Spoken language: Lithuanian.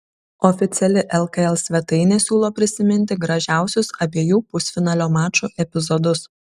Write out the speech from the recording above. oficiali lkl svetainė siūlo prisiminti gražiausius abiejų pusfinalio mačų epizodus